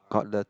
got the